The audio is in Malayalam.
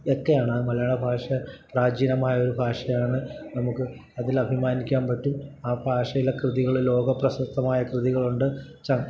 ഒക്കെയാണ് ആ മലയാള ഭാഷ പ്രാചീനമായൊരു ഭാഷയാണ് നമുക്ക് അതിലഭിമാനിക്കാൻ പറ്റും ആ ഭാഷയിലെ കൃതികൾ ലോകപ്രശസ്തമായ കൃതികളുണ്ട് ച്ച